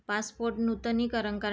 माझ्यासाठी उत्तर मिळव